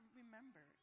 remember